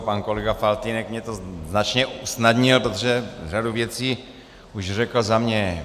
Pan kolega Faltýnek mi to značně usnadnil, protože řadu věcí už řekl za mne.